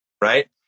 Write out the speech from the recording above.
right